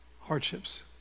hardships